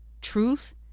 Truth